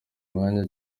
umwanya